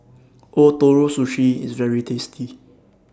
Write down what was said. Ootoro Sushi IS very tasty